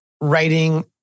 writing